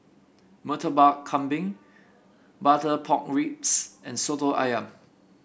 Murtabak Kambing Butter Pork Ribs and Soto ayam